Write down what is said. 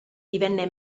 divenne